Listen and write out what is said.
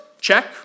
check